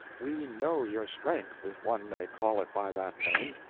we know your strength if one may call it by that name.